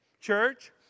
church